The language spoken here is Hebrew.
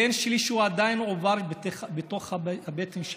הבן שלי הוא עדיין עובר בתוך הבטן שלי,